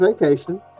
Vacation